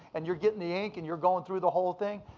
and you're getting the ink and you're going through the whole thing,